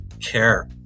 care